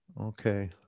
okay